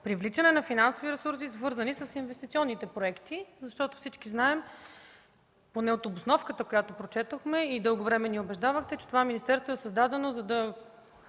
„Привличане на финансови ресурси, свързани с инвестиционните проекти”. Всички знаем, поне от обосновката, която прочетохме, и дълго време ни убеждавахте, че това министерство е създадено, за да